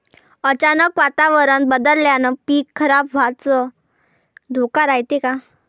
अचानक वातावरण बदलल्यानं पीक खराब व्हाचा धोका रायते का?